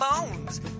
bones